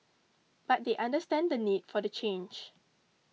but they understand the need for the change